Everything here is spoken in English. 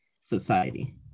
society